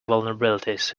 vulnerabilities